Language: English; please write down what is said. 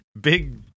big